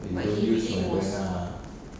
like you don't use my brand ah